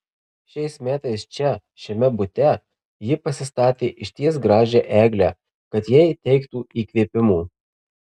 šiais metais čia šiame bute ji pasistatė išties gražią eglę kad jai teiktų įkvėpimo